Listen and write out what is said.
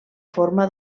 forma